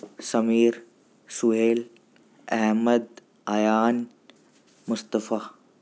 Sameer Sohail Ahmed Ayan Mustafa